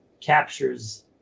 captures